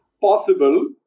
Possible